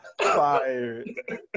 fired